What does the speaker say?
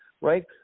right